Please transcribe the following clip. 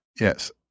Yes